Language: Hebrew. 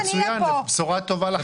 בשורה טובה.